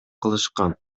кылышкан